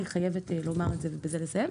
אני חייבת לומר את זה ובזה לסיים,